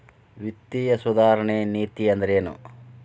ವಿತ್ತೇಯ ಸುಧಾರಣೆ ನೇತಿ ಅಂದ್ರೆನ್